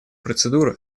процедур